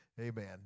Amen